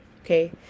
Okay